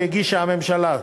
שהגישה הממשלה.